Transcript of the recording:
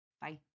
Bye